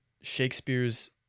Shakespeare's